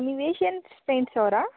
ನೀವು Asians paints ಅವರಾ